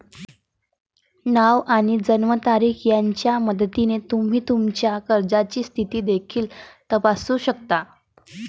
नाव आणि जन्मतारीख यांच्या मदतीने तुम्ही तुमच्या कर्जाची स्थिती देखील तपासू शकता